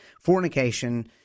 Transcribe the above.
fornication